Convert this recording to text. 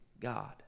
God